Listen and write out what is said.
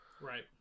right